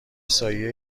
سایه